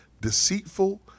deceitful